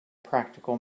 practical